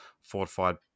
fortified